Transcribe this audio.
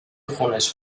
خونش